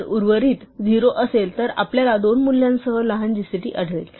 जर उर्वरित 0 असेल तर आपल्याला दोन मूल्यांसह लहान gcd आढळेल